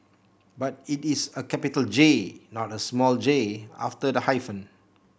but it is a capital J not a small J after the hyphen